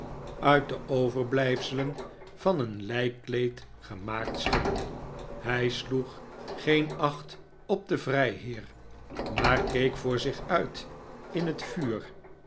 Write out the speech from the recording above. aschgrauw gezicht overblijfselen van een lijkkleed gemaakt scheen hij sloeg geen acht op den vrijheer maar keek voor zich uit in het vuur